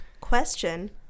Question